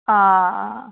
অঁ অঁ